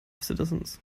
citizens